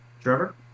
Trevor